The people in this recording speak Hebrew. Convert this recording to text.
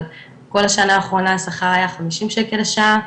אבל כל השנה האחרונה השכר היה חמישים שקל לשעה,